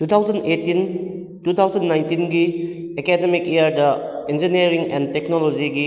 two thousand eighteen two thousand ꯅꯥꯏꯟꯇꯤꯟꯒꯤ academic ꯏꯌꯥꯔꯗ engineering and ꯇꯦꯛꯅꯣꯂꯣꯖꯤꯒꯤ